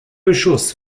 beschuss